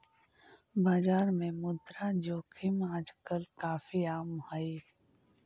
बाजार में मुद्रा जोखिम आजकल काफी आम हई